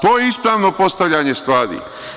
To je ispravno postavljanje stvari.